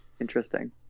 interesting